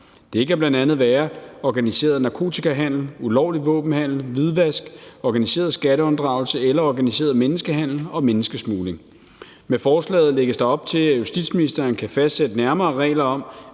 Det kan bl.a. være organiseret narkotikahandel, ulovlig våbenhandel, hvidvask, organiseret skatteunddragelse eller organiseret menneskehandel og menneskesmugling. Med forslaget lægges der op til, at justitsministeren kan fastsætte nærmere regler om,